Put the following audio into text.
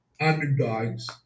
underdogs